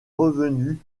revenus